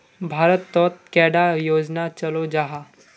भारत तोत कैडा योजना चलो जाहा?